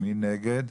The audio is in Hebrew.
מי נגד?